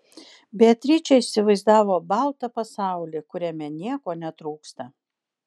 beatričė įsivaizdavo baltą pasaulį kuriame nieko netrūksta